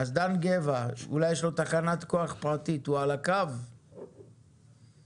אנחנו גם עושים את מתקני הקוגנרציה בתוך